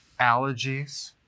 allergies